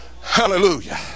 Hallelujah